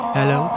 Hello